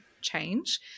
change